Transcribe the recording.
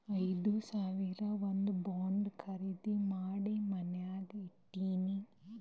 ಐದು ಸಾವಿರದು ಒಂದ್ ಬಾಂಡ್ ಖರ್ದಿ ಮಾಡಿ ಮನ್ಯಾಗೆ ಇಟ್ಟಿನಿ